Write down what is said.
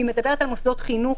ועל מוסדות חינוך,